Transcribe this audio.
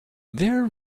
there